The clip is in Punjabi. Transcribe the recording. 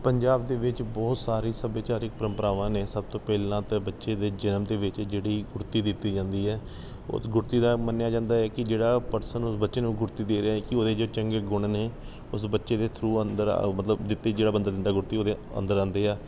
ਪੰਜਾਬ ਦੇ ਵਿੱਚ ਬਹੁਤ ਸਾਰੇ ਸੱਭਿਆਚਾਰਕ ਪ੍ਰੰਪਰਾਵਾਂ ਨੇ ਸਭ ਤੋਂ ਪਹਿਲਾਂ ਤਾਂ ਬੱਚੇ ਦੇ ਜਨਮ ਦੇ ਵਿੱਚ ਜਿਹੜੀ ਗੁੜਤੀ ਦਿੱਤੀ ਜਾਂਦੀ ਹੈ ਉਸ ਗੁੜਤੀ ਦਾ ਮੰਨਿਆ ਜਾਂਦਾ ਹੈ ਕਿ ਜਿਹੜਾ ਪਰਸਨ ਉਸ ਬੱਚੇ ਨੂੰ ਗੁੜਤੀ ਦੇ ਰਿਹਾ ਏ ਕਿ ਉਹਦੇ 'ਚ ਚੰਗੇ ਗੁਣ ਨੇ ਉਸ ਬੱਚੇ ਦੇ ਥਰੂ ਅੰਦਰ ਮਤਲਬ ਦਿੱਤੇ ਜਿਹੜਾ ਬੰਦਾ ਦਿੰਦਾ ਗੁੜਤੀ ਉਹਦੇ ਅੰਦਰ ਆਉਂਦੇ ਹੈ